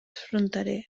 fronterer